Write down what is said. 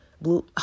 Blue